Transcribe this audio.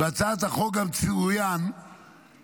בהצעת החוק גם צוין שהשר,